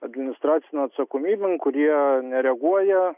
administracinėn atsakomybėn kurie nereaguoja